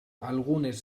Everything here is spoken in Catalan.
algunes